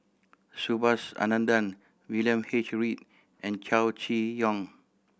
Subhas Anandan William H Read and Chow Chee Yong